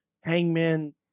Hangman